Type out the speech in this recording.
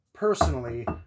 Personally